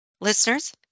Listeners